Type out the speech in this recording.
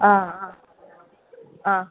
हा हा हा